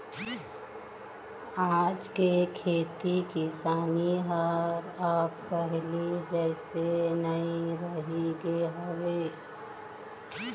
आज के खेती किसानी ह अब पहिली जइसे नइ रहिगे हवय